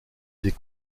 des